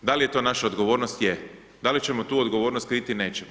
Da li je to naša odgovornost, je, da li ćemo tu odgovornost kriti, nećemo.